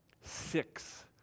Six